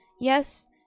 Yes